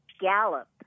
gallop